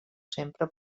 sempre